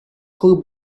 col